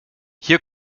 hier